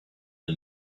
the